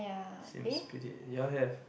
Sims build it your have